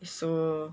so